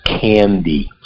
candy